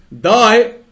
die